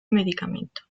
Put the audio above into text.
medicamento